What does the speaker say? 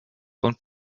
und